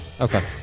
Okay